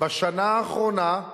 בשנה האחרונה,